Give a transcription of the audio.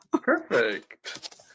perfect